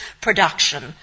production